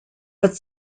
but